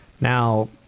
Now